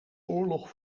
oorlog